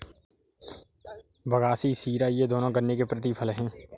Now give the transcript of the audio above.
बगासी शीरा ये दोनों गन्ने के प्रतिफल हैं